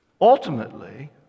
Ultimately